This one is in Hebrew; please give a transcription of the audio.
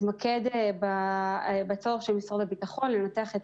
התמקד בצורך של משרד הביטחון לנתח את